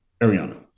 Ariana